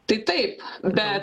tai taip bet